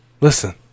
Listen